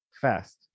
fast